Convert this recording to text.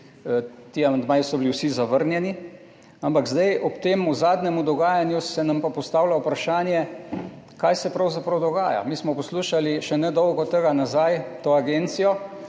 Ti amandmaji so bili vsi zavrnjeni. Ampak ob tem zadnjem dogajanju se nam pa postavlja vprašanje, kaj se pravzaprav dogaja. Mi smo poslušali še nedolgo tega to agencijo,